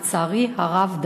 לצערי הרב,